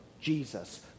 Jesus